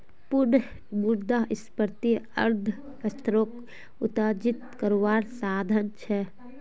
पुनः मुद्रस्फ्रिती अर्थ्शाश्त्रोक उत्तेजित कारवार साधन छे